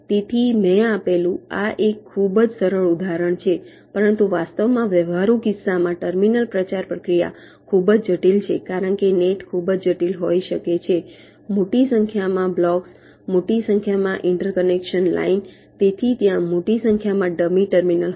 તેથી મેં આપેલું આ એક ખૂબ જ સરળ ઉદાહરણ છે પરંતુ વાસ્તવમાં વ્યવહારુ કિસ્સામાં ટર્મિનલ પ્રચાર પ્રક્રિયા ખૂબ જ જટિલ છે કારણ કે નેટ ખૂબ જટિલ હોઈ શકે છે મોટી સંખ્યામાં બ્લોક્સ મોટી સંખ્યામાં ઇન્ટર કનેક્શન લાઇન તેથી ત્યાં મોટી સંખ્યામાં ડમી ટર્મિનલ હશે